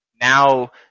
now